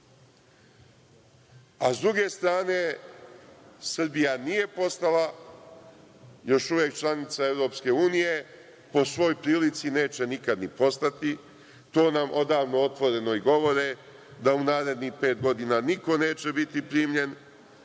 druge strane Srbija još uvek nije postala članica EU. Po svojoj prilici neće nikad ni postati. To nam odavno otvoreno govore da u narednih pet godina niko neće biti primljen,